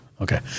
Okay